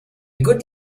good